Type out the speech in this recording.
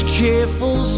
careful